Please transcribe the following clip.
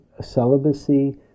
celibacy